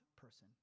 person